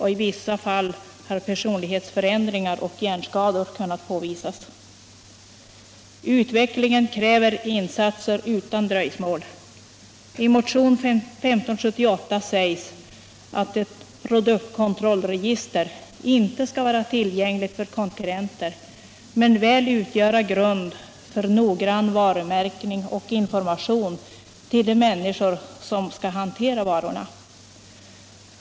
I vissa fall har personlighetsförändringar och hjärnskador kunnat påvisas. Utvecklingen kräver verkligen insatser utan dröjsmål. I motionen 1578 sägs, att ett produktkontrollregister inte skall vara tillgängligt för konkurrenter men väl utgöra grund för noggrann varumärkning och information till de människor som skall hantera varorna.